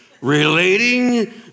relating